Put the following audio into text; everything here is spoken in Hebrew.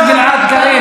חבר הכנסת גלעד קריב.